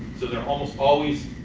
so they're almost always